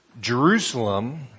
Jerusalem